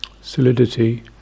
solidity